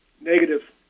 Negative